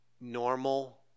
normal